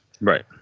Right